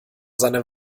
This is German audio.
seine